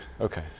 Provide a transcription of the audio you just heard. Okay